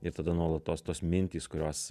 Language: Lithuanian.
ir tada nuolatos tos mintys kurios